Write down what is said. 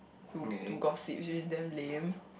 to to gossip which is damn lame